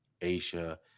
Asia